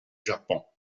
japon